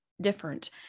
different